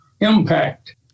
impact